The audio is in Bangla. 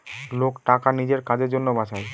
লোক টাকা নিজের কাজের জন্য বাঁচায়